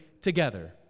together